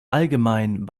allgemein